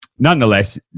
Nonetheless